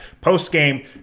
post-game